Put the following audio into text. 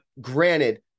granted